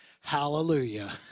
Hallelujah